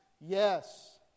Yes